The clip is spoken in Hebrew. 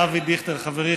אבי דיכטר חברי,